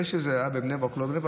זה שזה היה בבני ברק או לא בבני ברק,